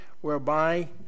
whereby